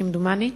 כמדומני,